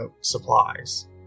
supplies